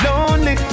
Lonely